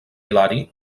hilari